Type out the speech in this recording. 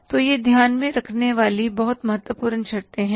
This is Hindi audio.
तो ये ध्यान में रखने वाली बहुत महत्वपूर्ण शर्तें हैं